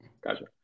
Gotcha